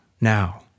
now